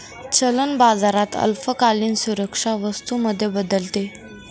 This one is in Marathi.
चलन बाजारात अल्पकालीन सुरक्षा वस्तू मध्ये बदलते